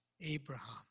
Abraham